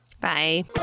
bye